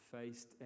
faced